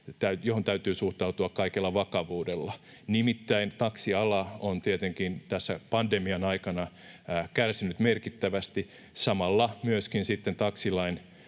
johon täytyy suhtautua kaikella vakavuudella. Nimittäin taksiala on tietenkin tässä pandemian aikana kärsinyt merkittävästi. Samalla myöskin sitten